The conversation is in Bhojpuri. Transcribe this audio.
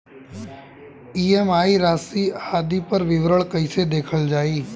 ई.एम.आई राशि आदि पर विवरण कैसे देखल जाइ?